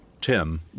Tim